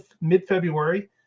mid-February